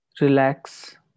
Relax